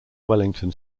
wellington